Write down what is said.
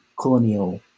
colonial